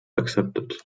accepted